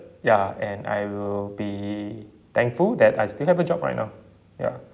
ya and I will be thankful that I still have a job right now ya